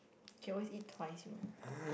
can always eat twice you know